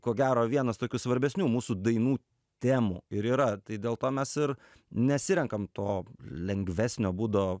ko gero vienas tokių svarbesnių mūsų dainų temų ir yra tai dėl to mes ir nesirenkam to lengvesnio būdo